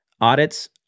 Audits